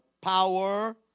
power